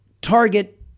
target